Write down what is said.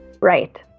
Right